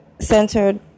centered